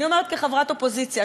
אני אומרת כחברת אופוזיציה,